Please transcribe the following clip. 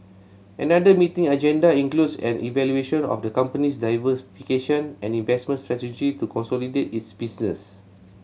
another meeting agenda includes an evaluation of the company's diversification and investment strategy to consolidate its business